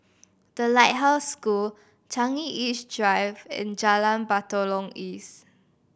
The Lighthouse School Changi East Drive and Jalan Batalong East